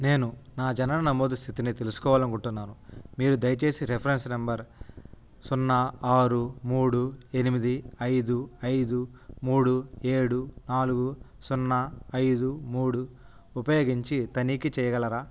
నేను నా జనన నమోదు స్థితిని తెలుసుకోవాలనుకుంటున్నాను మీరు దయచేసి రిఫ్రెన్స్ నంబర్ సున్నా ఆరు మూడు ఎనిమిది ఐదు ఐదు మూడు ఏడు నాలుగు సున్నా ఐదు మూడు ఉపయోగించి తనిఖీ చెయ్యగలరా